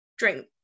drink